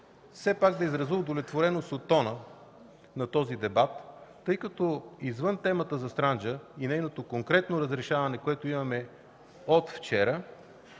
все пак да изразя удовлетвореност от тона на този дебат, тъй като извън темата за „Странджа” и нейното конкретно разрешаване, което имаме от вчера,